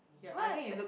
where is that